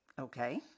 Okay